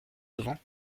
souvent